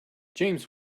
james